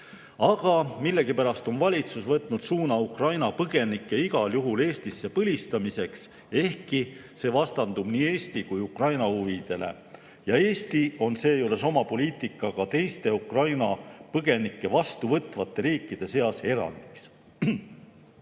Aga millegipärast on valitsus võtnud suuna Ukraina põgenike igal juhul Eestis põlistamiseks, ehkki see vastandub nii Eesti kui Ukraina huvidele. Ja Eesti on seejuures oma poliitikaga teiste Ukraina põgenike vastuvõtvate riikide seas erand.